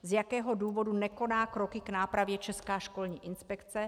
Z jakého důvodu nekoná kroky k nápravě Česká školní inspekce?